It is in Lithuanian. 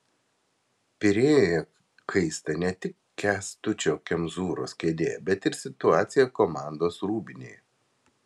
pirėjuje kaista ne tik kęstučio kemzūros kėdė bet ir situacija komandos rūbinėje